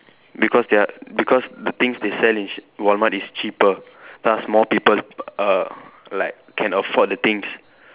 because they are because the things they sell in ch~ Walmart is cheaper thus more people err like can afford the things